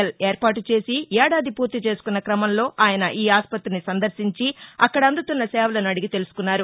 L ఏర్పాటుచేసి ఏడాది పూర్తి చేసుకున్న క్రమంలో ఆయన ఈ ఆసుపత్రిని సందర్భించి అక్కడ అందుతున్న సేవలను అడిగి తెలుసుకున్నారు